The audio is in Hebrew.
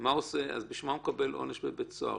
בשביל מה הוא מקבל עונש בבית הסוהר,